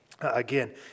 Again